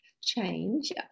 change